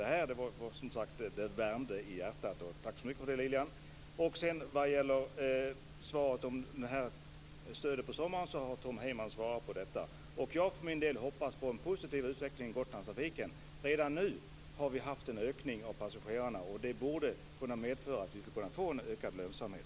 Det här värmde i hjärtat. Tack så mycket för det, Lilian! Vad gäller stödet på sommaren har Tom Heyman redan svarat på detta. Jag för min del hoppas på en positiv utveckling för Gotlandstrafiken. Redan nu har vi haft en ökning av antalet passagerare, och det borde kunna medföra att vi får en ökad lönsamhet.